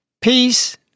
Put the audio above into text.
peace